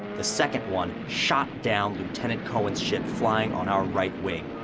the second one shot down lieutenant coen's ship flying on our right wing.